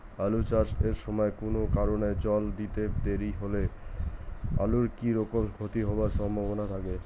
আলু চাষ এর সময় কুনো কারণে জল দিতে দেরি হইলে আলুর কি রকম ক্ষতি হবার সম্ভবনা থাকে?